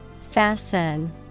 Fasten